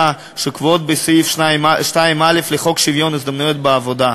שקבועות בסעיף 2(א) לחוק שוויון ההזדמנויות בעבודה.